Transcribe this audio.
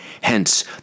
Hence